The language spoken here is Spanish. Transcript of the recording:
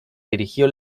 dirigió